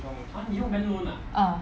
ah